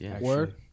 Word